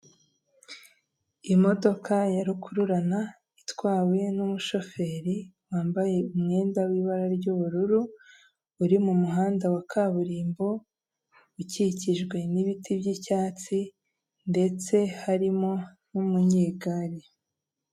Imodoka ya rukururana itwawe n'umushoferi wambaye umwenda w'ibara ry'ubururu, uri mumuhanda wa kaburimbo ukikijwe n'ibiti by'icyatsi, ndetse harimo n'umunyegare.